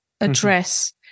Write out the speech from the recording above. address